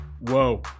Whoa